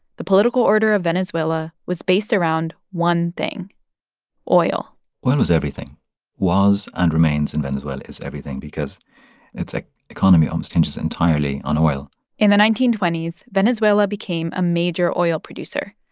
the political order of venezuela was based around one thing oil oil was everything was and remains, in venezuela, as everything because its like economy almost hinges entirely on oil in the nineteen twenty s, venezuela became a major oil producer.